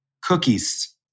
cookies